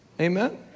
Amen